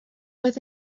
oedd